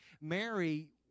Mary